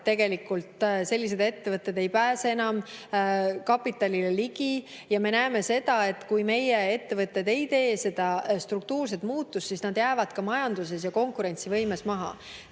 tegelikult sellised ettevõtted ei pääse enam kapitalile ligi, ja me näeme seda, et kui meie ettevõtted ei tee seda struktuurset muutust, siis nad jäävad ka majanduses ja konkurentsivõimes maha. Te